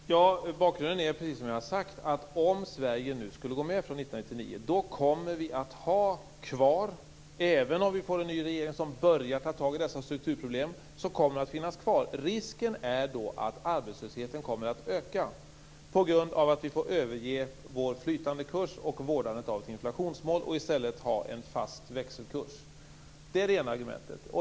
Fru talman! Bakgrunden är, precis som jag har sagt, att om Sverige går med från 1999 kommer vi att ha kvar strukturproblemen, även om vi får en ny regering som börjar ta tag i dem. Risken är att arbetslösheten kommer att öka på grund av att vi får överge vår flytande kurs och vårdandet av ett inflationsmål och i stället ha en fast växelkurs. Det är det ena argumentet.